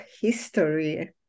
history